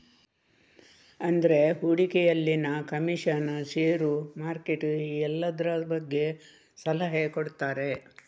ಅಂದ್ರೆ ಹೂಡಿಕೆಯಲ್ಲಿನ ಕಮಿಷನ್, ಷೇರು, ಮಾರ್ಕೆಟ್ ಈ ಎಲ್ಲದ್ರ ಬಗ್ಗೆ ಸಲಹೆ ಕೊಡ್ತಾರೆ